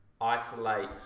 isolate